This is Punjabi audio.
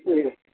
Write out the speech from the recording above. ਠੀਕ ਹੈ